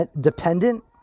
dependent